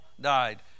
died